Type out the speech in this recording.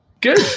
Good